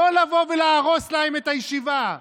לא לבוא ולהרוס להם את הישיבה.